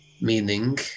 Meaning